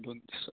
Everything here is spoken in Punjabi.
ਅੱਛਾ